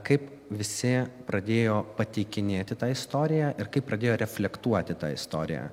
kaip visi pradėjo pateikinėti tą istoriją ir kaip pradėjo reflektuoti tą istoriją